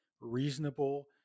reasonable